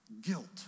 Guilt